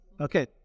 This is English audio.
Okay